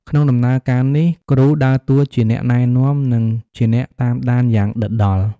ក្នុងដំណើរការនេះ គ្រូដើរតួជាអ្នកណែនាំ និងជាអ្នកតាមដានយ៉ាងដិតដល់។